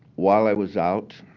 while i was out,